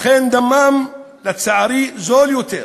לכן דמם, לצערי, זול יותר,